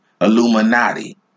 Illuminati